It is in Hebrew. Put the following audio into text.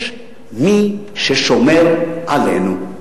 יש מי ששומר עלינו.